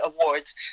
Awards